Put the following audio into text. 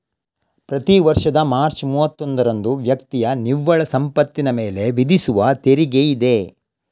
ಪ್ರತಿ ವರ್ಷದ ಮಾರ್ಚ್ ಮೂವತ್ತೊಂದರಂದು ವ್ಯಕ್ತಿಯ ನಿವ್ವಳ ಸಂಪತ್ತಿನ ಮೇಲೆ ವಿಧಿಸುವ ತೆರಿಗೆಯಿದೆ